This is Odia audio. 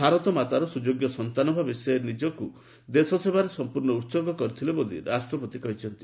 ଭାରତ ମାତାର ସୁଯୋଗ୍ୟ ସନ୍ତାନ ଭାବେ ସେ ନିଜକୁ ଦେଶ ସେବାରେ ସମ୍ପୂର୍ଣ୍ଣ ଉତ୍ସର୍ଗ କରିଥିଲେ ବୋଲି ରାଷ୍ଟ୍ରପତି କହିଛନ୍ତି